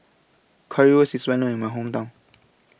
Currywurst IS Well known in My Hometown